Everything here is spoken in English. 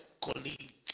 colleague